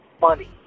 money